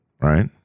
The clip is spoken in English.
Right